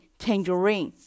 tangerine